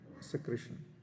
secretion